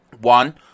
one